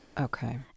Okay